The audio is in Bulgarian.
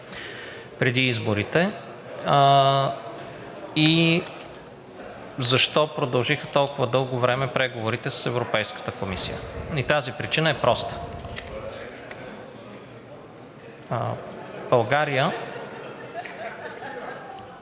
преди изборите и защо продължиха толкова дълго време преговорите с Европейската комисия. И тази причина е проста. България